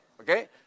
Okay